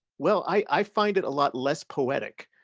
well i i find it a lot less poetic